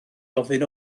ofyn